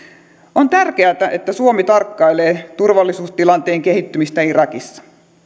on tärkeätä että suomi tarkkailee turvallisuustilanteen kehittymistä irakissa